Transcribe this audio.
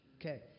okay